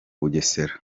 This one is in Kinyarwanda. bugesera